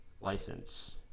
license